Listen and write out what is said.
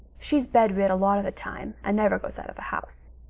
she's bed-rid a lot of the time and never goes out of the house.